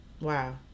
Wow